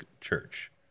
church